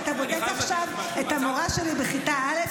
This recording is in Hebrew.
אתה בודק עכשיו את המורה שלי בכיתה א',